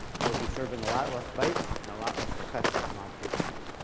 you'll be serving a lot less bytes and a lot less requests with mod pagespeed.